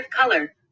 color